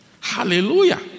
Hallelujah